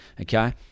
okay